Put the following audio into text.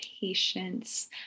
patience